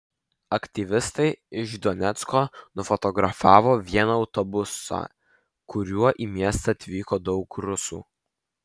aktyvistai iš donecko nufotografavo vieną autobusą kuriuo į miestą atvyko daug rusų